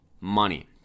money